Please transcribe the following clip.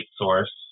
source